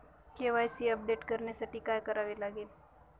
KYC update करण्यासाठी काय करावे लागेल?